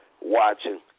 watching